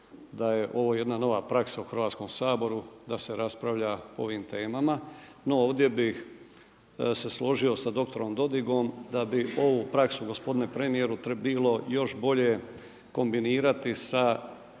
da je ovo jedna nova praksa u Hrvatskom saboru da se raspravlja o ovim temama. No, ovdje bih se složio sa doktorom Dodigom da bi ovu praksu gospodine premijeru bilo još bolje kombinirati sa,